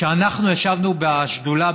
כשאנחנו ישבנו בשדולה,